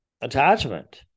attachment